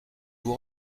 vous